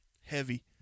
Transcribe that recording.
Heavy